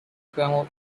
kernel